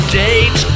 date